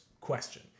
question